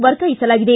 ವರ್ಗಾಯಿಸಲಾಗಿದೆ